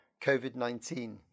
COVID-19